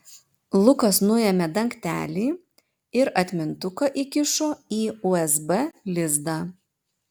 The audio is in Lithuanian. lukas nuėmė dangtelį ir atmintuką įkišo į usb lizdą